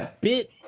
bit